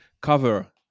cover